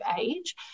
age